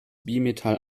bimetall